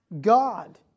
God